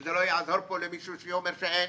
זה לא יעזור פה למישהו שאומר שאין,